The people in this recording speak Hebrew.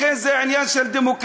לכן זה עניין של דמוקרטיה,